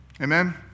Amen